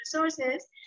resources